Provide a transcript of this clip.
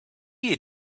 you